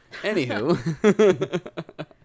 Anywho